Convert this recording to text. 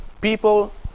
people